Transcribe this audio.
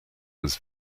was